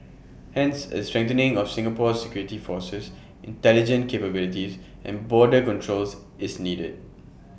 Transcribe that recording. hence A strengthening of Singapore's security forces intelligence capabilities and border controls is needed